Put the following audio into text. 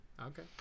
Okay